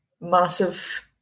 massive